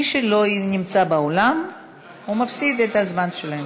מי שלא נמצא באולם מפסיד את הזמן שלו.